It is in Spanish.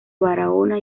barahona